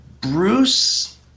Bruce